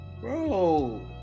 Bro